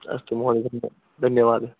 अस्तु महोदय धन्यवादः